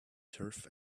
turf